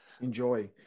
Enjoy